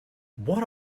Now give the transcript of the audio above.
what